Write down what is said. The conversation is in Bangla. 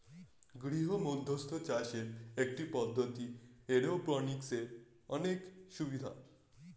গৃহমধ্যস্থ চাষের একটি পদ্ধতি, এরওপনিক্সের অনেক সুবিধা